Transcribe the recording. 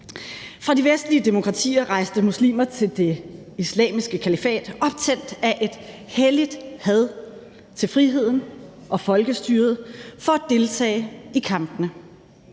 Fra de vestlige demokratier rejste muslimer til det islamiske kalifat optændt af et helligt had til friheden og folkestyret for at deltage i kampene.